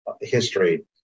history